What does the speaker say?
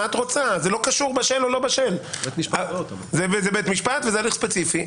זה בית משפט והליך ספציפי.